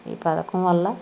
ఈ పథకం వల్ల